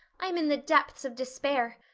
i'm in the depths of despair.